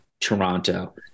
Toronto